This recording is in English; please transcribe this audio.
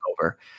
over